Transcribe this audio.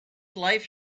life